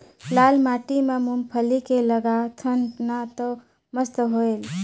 लाल माटी म मुंगफली के लगाथन न तो मस्त होयल?